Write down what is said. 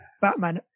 Batman